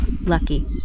Lucky